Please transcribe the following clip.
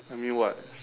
I mean what